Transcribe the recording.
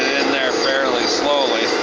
in there fairly slowly.